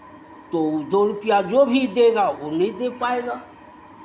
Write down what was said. तो वो दो रुपैया जो भी देगा वो नहीं दे पाएगा